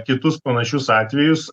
kitus panašius atvejus